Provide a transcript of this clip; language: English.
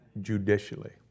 judicially